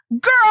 girl